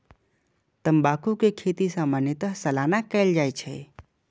तंबाकू के खेती सामान्यतः सालाना कैल जाइ छै